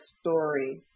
story